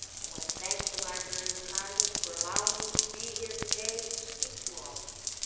i want to thank the library of congress for allowing me to be here today to speak to all of you.